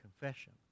confession